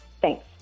Thanks